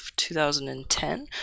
2010